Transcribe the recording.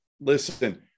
listen –